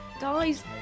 guys